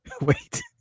Wait